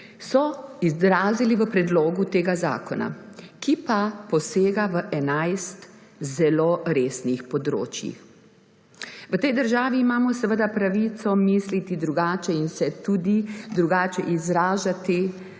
so izrazili v predlogu tega zakona, ki pa posega v 11 zelo resnih področij. V tej državi imamo pravico misliti drugače in se tudi drugače izražati,